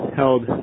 held